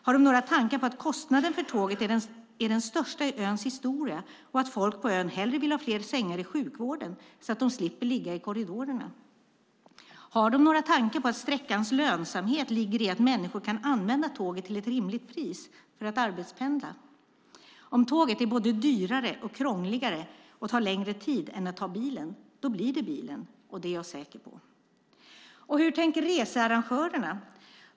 Har de några tankar på att kostnaden för tåget är den största i öns historia och att folk på ön hellre vill ha fler sängar i sjukvården så att de slipper att ligga i korridorerna? Har de några tankar på att sträckans lönsamhet ligger i att människor kan använda tåget till ett rimligt pris för att arbetspendla? Om tåget är både dyrare och krångligare och tar längre tid än att ta bilen, då blir det bilen. Det är jag säker på. Hur tänker researrangörerna?